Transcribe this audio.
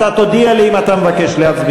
אתה תודיע לי אם אתה מבקש להצביע.